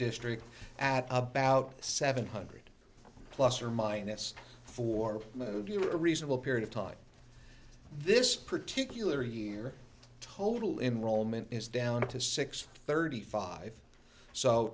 district at about seven hundred plus or minus four movie a reasonable period of time this particular year total enrollment is down to six thirty five so